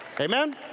Amen